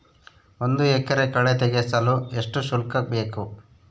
ಒಂದು ಎಕರೆ ಕಳೆ ತೆಗೆಸಲು ಎಷ್ಟು ಶುಲ್ಕ ಬೇಕು?